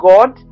God